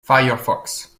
firefox